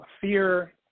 Fear